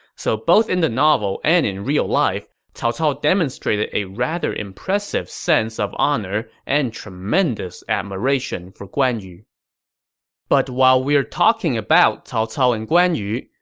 so both in the novel and in real life, cao cao demonstrated a rather impressive sense of honor and tremendous admiration for guan yu but while we're talking about cao cao and guan yu,